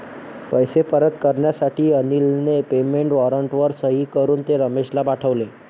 पैसे परत करण्यासाठी अनिलने पेमेंट वॉरंटवर सही करून ते रमेशला पाठवले